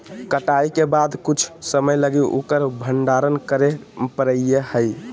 कटाई के बाद कुछ समय लगी उकर भंडारण करे परैय हइ